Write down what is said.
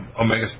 Omega